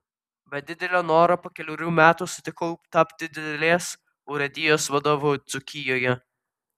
be didelio noro po kelerių metų sutikau tapti didelės urėdijos vadovu dzūkijoje